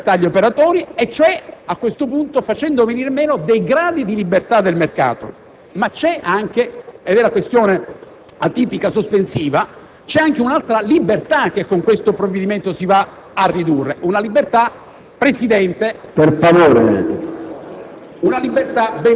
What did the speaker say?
non lasciando la libertà agli operatori e quindi facendo venir meno dei gradi di libertà del mercato. Ma c'è anche - ed è la questione atipica sospensiva - un'altra libertà che con questo provvedimento si va a ridurre. Presidente,